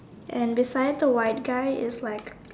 and beside the white guy is like